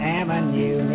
avenue